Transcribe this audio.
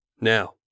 Now